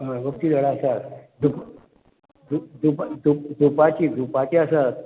हय वखदी झाडां आसात झपाची धुपाची आसात